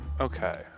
Okay